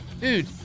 Dude